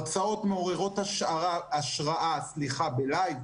הרצאות מעוררות השראה בלייב,